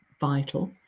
vital